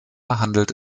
handelte